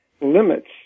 limits